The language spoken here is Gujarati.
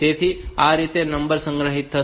તેથી આ રીતે નંબર સંગ્રહિત થશે